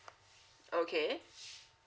okay